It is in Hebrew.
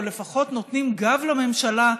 או לפחות נותנים גב לממשלה,